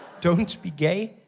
don't be gay?